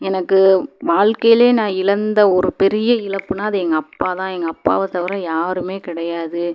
எனக்கு வாழ்க்கையிலே நான் இழந்த ஒரு பெரிய இழப்புன்னா அது எங்கள் அப்பாதான் எங்கள் அப்பாவை தவிர யாருமே கிடையாது